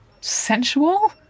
sensual